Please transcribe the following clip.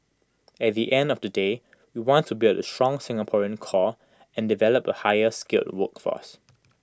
at the end of the day we want to build A strong Singaporean core and develop A higher skilled workforce